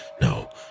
no